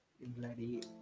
Bloody